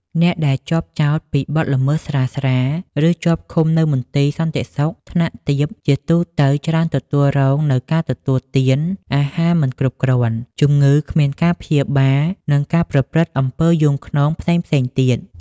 អ្នកដែលជាប់ចោទពីបទល្មើសស្រាលៗ ឬជាប់ឃុំនៅមន្ទីរសន្តិសុខថ្នាក់ទាប ជាទូទៅច្រើនទទួលរងនូវការទទួលទាន អាហារមិនគ្រប់គ្រាន់ ជំងឺគ្មានការព្យាបាល និងការប្រព្រឹត្តអំពើយង់ឃ្នងផ្សេងៗ ទៀត ។